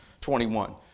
21